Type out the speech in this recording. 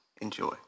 Enjoy